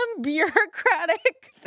bureaucratic